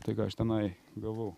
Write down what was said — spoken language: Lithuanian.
tai ką aš tenai gavau